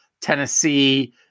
Tennessee